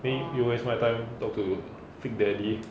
bing you waste my time talk to freak daddy